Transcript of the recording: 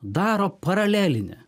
daro paralelinę